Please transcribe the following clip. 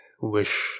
wish